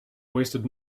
wasted